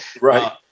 Right